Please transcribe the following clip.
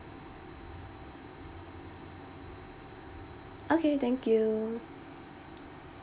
okay thank you